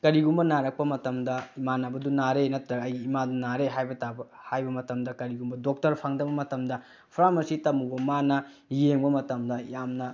ꯀꯔꯤꯒꯨꯝꯕ ꯅꯥꯔꯛꯄ ꯃꯇꯝꯗ ꯏꯃꯥꯅꯕꯗꯨ ꯅꯥꯔꯦ ꯅꯠꯇ꯭ꯔꯒ ꯑꯩꯒꯤ ꯏꯃꯥꯗꯨ ꯅꯥꯔꯦ ꯍꯥꯏꯕ ꯃꯇꯝꯗ ꯀꯔꯤꯒꯨꯝꯕ ꯗꯣꯛꯇꯔ ꯐꯪꯗꯕ ꯃꯇꯝꯗ ꯐ꯭ꯔꯥꯝꯃꯥꯁꯤ ꯇꯝꯃꯨꯕ ꯃꯅꯥ ꯌꯦꯡꯕ ꯃꯇꯝꯗ